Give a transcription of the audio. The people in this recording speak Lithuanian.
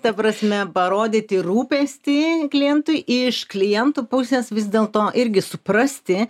ta prasme parodyti rūpestį klientui iš klientų pusės vis dėlto irgi suprasti